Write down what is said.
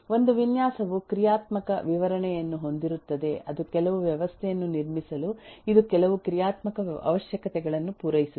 ಒಂದು ವಿನ್ಯಾಸವು ಕ್ರಿಯಾತ್ಮಕ ವಿವರಣೆಯನ್ನು ಹೊಂದಿರುತ್ತದೆ ಅದು ಕೆಲವು ವ್ಯವಸ್ಥೆಯನ್ನು ನಿರ್ಮಿಸಲು ಇದು ಕೆಲವು ಕ್ರಿಯಾತ್ಮಕ ಅವಶ್ಯಕತೆಗಳನ್ನು ಪೂರೈಸುತ್ತದೆ